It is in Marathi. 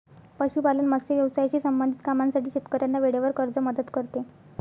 पशुपालन, मत्स्य व्यवसायाशी संबंधित कामांसाठी शेतकऱ्यांना वेळेवर कर्ज मदत करते